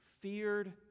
feared